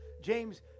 James